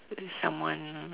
someone